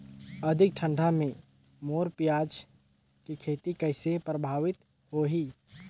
अधिक ठंडा मे मोर पियाज के खेती कइसे प्रभावित होही?